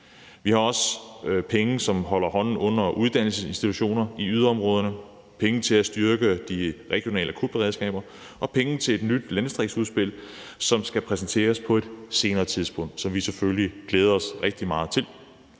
Vi har også afsat penge, som holder hånden under uddannelsesinstitutioner i yderområderne, penge til at styrke de regionale akutberedskaber og penge til et nyt landdistriktsudspil, som skal præsenteres på et senere tidspunkt, hvilket vi selvfølgelig glæder os rigtig meget til.